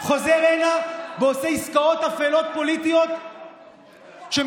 חוזר הנה ועושה עסקאות פוליטיות אפלות